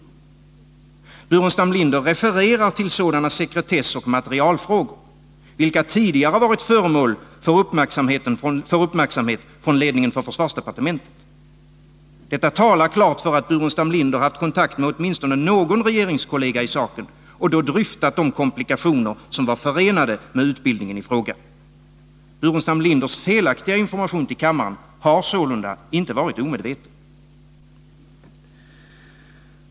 Staffan Burenstam Linder refererar till sådana sekretessoch materielfrågor vilka tidigare varit föremål 63 för uppmärksamhet från ledningen för försvarsdepartementet. Detta talar klart för att Staffan Burenstam Linder haft kontakt med åtminstone någon regeringskollega i saken och då dryftat de komplikationer som var förenade med utbildningen i fråga. Staffan Burenstam Linders felaktiga information till kammaren har sålunda inte varit omedveten.